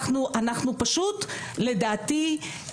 אנחנו פשוט לדעתי,